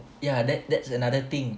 ya that that's another thing